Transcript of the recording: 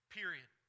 Period